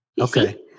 Okay